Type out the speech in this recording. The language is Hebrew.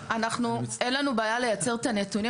אין לנו בעיה לייצר את הנתונים,